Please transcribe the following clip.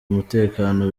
umutekano